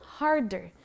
harder